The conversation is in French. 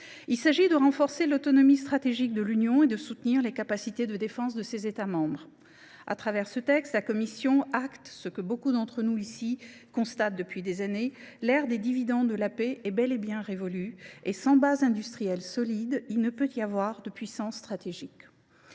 Il s’agit de renforcer l’autonomie stratégique de l’Union et de soutenir les capacités de défense de ses États membres. Au travers de ce texte, la Commission acte ce que beaucoup d’entre nous constatent ici depuis des années : l’ère des dividendes de la paix est bel et bien révolue ; et, sans base industrielle solide, il ne peut y avoir de puissance stratégique.